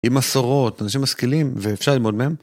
עם מסורות, אנשים משכילים, ואפשר ללמוד מהם.